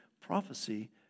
prophecy